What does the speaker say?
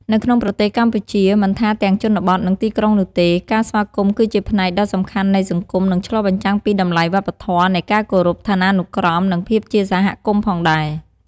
នៅក្នុងប្រទេសកម្ពុជាមិនថាទាំងជនបទ និងទីក្រុងនោះទេ ការស្វាគមន៍គឺជាផ្នែកដ៏សំខាន់នៃសង្គម និងឆ្លុះបញ្ចាំងពីតម្លៃវប្បធម៌នៃការគោរព ឋានានុក្រម និងភាពជាសហគមន៍ផងដែរ។